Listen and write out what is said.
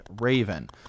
raven